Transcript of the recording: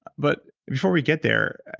but before we get there,